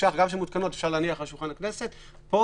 שולחן הכנסת,